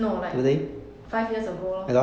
no like five years ago lor